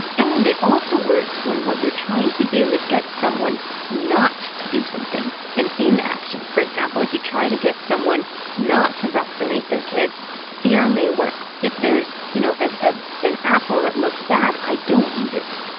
and it also works when what you're trying to do is get someone not to do something, an inaction. for example, if you try to get someone not to vaccinate their kids, fear may work. if there's, you know, ah an apple that looks bad, i don't eat it.